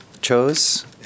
chose